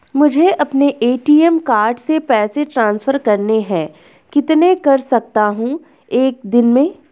मुझे अपने ATM card से पैसे ट्रांसफर करने हैं कितने कर सकता हूँ एक दिन में?